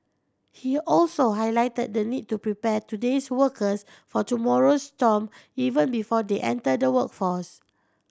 he also highlighted the need to prepare today's workers for tomorrow's storm even before they enter the workforce